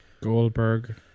Goldberg